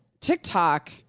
TikTok